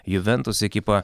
juventus ekipą